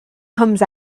comes